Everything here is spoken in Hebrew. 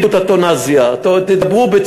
תורידו את הטונציה,